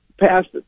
passed